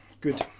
good